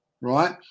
right